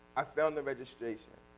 i found the registration.